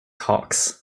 hawks